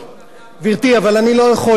אבל, גברתי, אני לא יכול עם הרעש הזה.